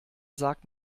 sagt